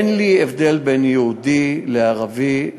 אין אצלי הבדל בין יהודי לערבי,